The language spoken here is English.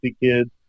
kids